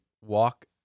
walk